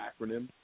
acronym